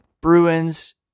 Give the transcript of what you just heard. Bruins